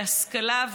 להשכלה,